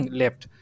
left